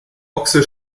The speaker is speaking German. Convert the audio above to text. ochse